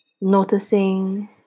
noticing